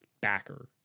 backer